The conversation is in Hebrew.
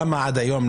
למה עד היום,